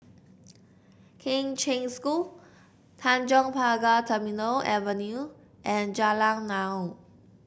Kheng Cheng School Tanjong Pagar Terminal Avenue and Jalan Naung